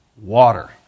water